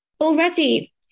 Already